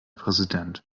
präsident